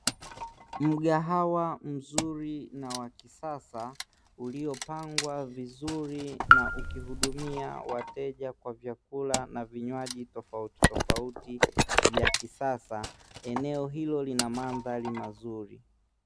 Mgahawa mzuri na wa kisasa uliopangwa vizuri na ukihudumia wateja kwa vyakula na vinywaji tofauti tofauti vya kisasa eneo hilo lina mandhari mazuri.